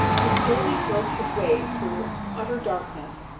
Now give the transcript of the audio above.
he slowly groped his way through utter darkness,